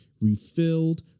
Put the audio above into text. refilled